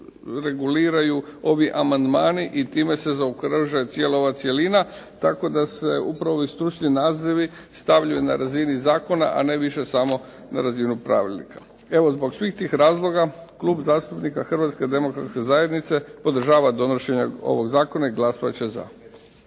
reguliraju ovi amandmani i time se zaokružuje cijela ova cjelina, tako da se upravo ovi stručni nazivi stavljaju na razini zakona, a ne više samo na razinu pravilnika. Evo, zbog svih tih razloga, Klub zastupnika Hrvatske demokratske zajednice podržava donošenje ovog zakona i glasovati će za.